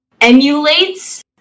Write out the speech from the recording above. emulates